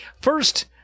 first